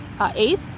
Eighth